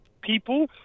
people